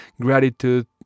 gratitude